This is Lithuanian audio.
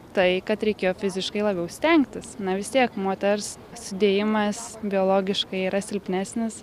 tai kad reikėjo fiziškai labiau stengtis na vis tiek moters sudėjimas biologiškai yra silpnesnis